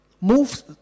moves